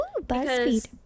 Buzzfeed